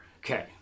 Okay